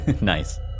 Nice